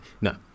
No